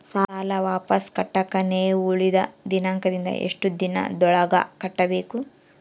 ಸಾಲ ವಾಪಸ್ ಕಟ್ಟಕ ನೇವು ಹೇಳಿದ ದಿನಾಂಕದಿಂದ ಎಷ್ಟು ದಿನದೊಳಗ ಕಟ್ಟಬೇಕು?